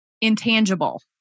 intangible